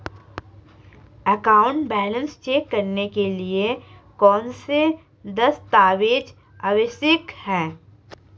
Account balance check करने के लिए कौनसे दस्तावेज़ आवश्यक हैं?